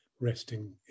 resting